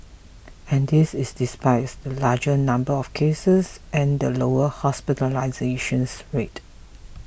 and this is despite the larger number of cases and the lower hospitalisation rate